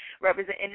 representing